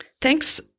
thanks